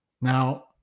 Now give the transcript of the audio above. Now